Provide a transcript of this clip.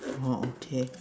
oh okay